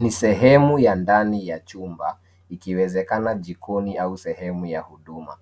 Ni sehemu ya ndani ya chumba, ikiwezekana jikoni au sehemu ya huduma.